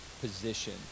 position